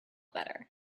better